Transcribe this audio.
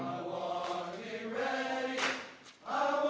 oh yeah